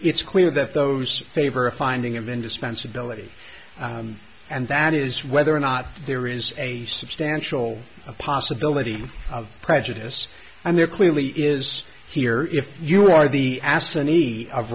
it's clear that those favor a finding of indispensability and that is whether or not there is a substantial a possibility of prejudice and there clearly is here if you are the